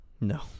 No